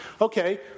Okay